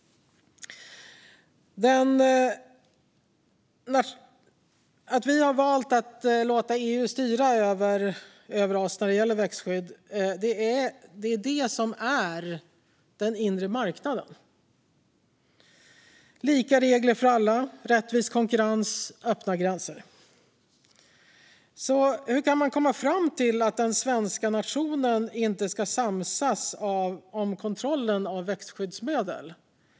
Att vi har valt att låta EU styra över oss när det gäller växtskydd är det som är den inre marknaden: lika regler för alla, rättvis konkurrens och öppna gränser. Hur kan man alltså komma fram till att den svenska nationen inte ska vara med och samsas om kontrollen över växtskyddsmedel?